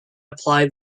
apply